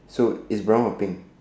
so it's brown or pink